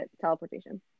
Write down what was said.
teleportation